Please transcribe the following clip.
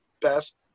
best